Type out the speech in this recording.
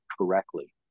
correctly